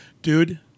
Dude